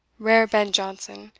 rare ben jonson!